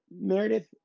Meredith